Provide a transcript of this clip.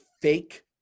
fake